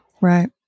right